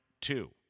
two